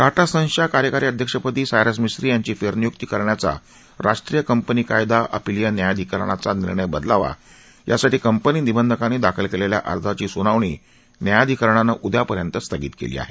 टाटा सन्सच्या कार्यकारी अध्यक्षपदी सायरस मिस्त्री यांची फेरनियुक्ती करण्याचा राष्ट्रीय कंपनी कायदा अपिलीय न्यायाधिकरणाचा निर्णय बदलावा यासाठी कंपनी निबंधकांनी दाखल केलेल्या अर्जाची सुनावणी न्यायाधीकरणानं उद्यापर्यंत स्थगित केली आहे